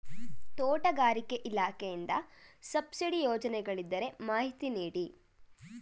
ತೋಟಗಾರಿಕೆ ಇಲಾಖೆಯಿಂದ ಸಬ್ಸಿಡಿ ಯೋಜನೆಗಳಿದ್ದರೆ ಮಾಹಿತಿ ನೀಡಿ?